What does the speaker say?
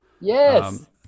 Yes